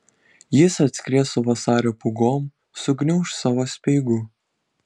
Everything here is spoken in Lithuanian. ji atskries su vasario pūgom sugniauš savo speigu